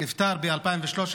הוא נפטר ב-2013,